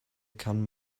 kann